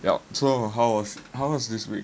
yup so how was how was this week